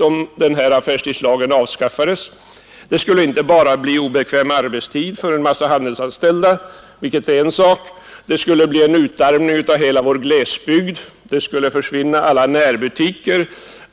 Om affärstidslagen slopas skulle det, enligt motionärerna, inte bara bli obekväm arbetstid för en massa handelsanställda, vilket är en sak, utan det skulle bli en utarmning av hela vår glesbygd, alla närbutiker